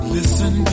Listen